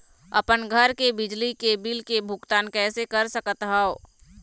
अपन घर के बिजली के बिल के भुगतान कैसे कर सकत हव?